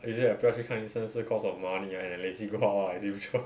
usually I 不要去看医生 is cause of money and I lazy go out lah as usual